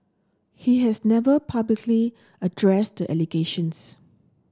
he has never publicly addressed the allegations